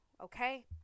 Okay